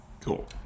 Cool